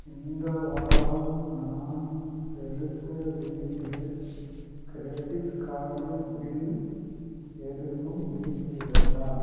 இந்த வாரம் நான் செலுத்த வேண்டிய கிரெடிட் கார்டு பில் எதுவும் இருக்கிறதா